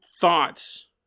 thoughts